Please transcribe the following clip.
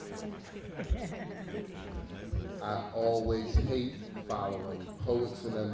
but yeah ah always hate following polson and